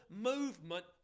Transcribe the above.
movement